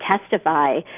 testify